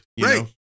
Right